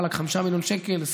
5 מיליון שקל,